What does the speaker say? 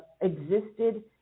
existed